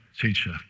teacher